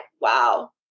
wow